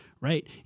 right